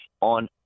on